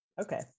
Okay